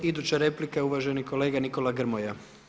Iduća replika je uvaženi kolega Nikola Grmoja.